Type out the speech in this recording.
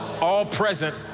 all-present